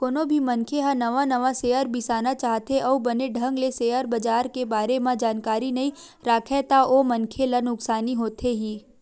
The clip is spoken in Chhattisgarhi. कोनो भी मनखे ह नवा नवा सेयर बिसाना चाहथे अउ बने ढंग ले सेयर बजार के बारे म जानकारी नइ राखय ता ओ मनखे ला नुकसानी होथे ही